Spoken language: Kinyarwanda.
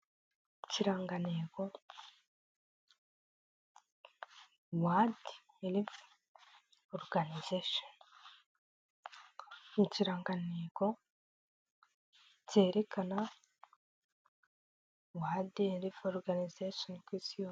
Ikirangantego "World Health Organization" ni ikirangantego cyerekana World Health Ku isi yose.